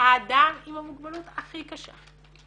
שהאדם עם המוגבלות הכי קשה,